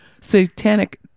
Satanic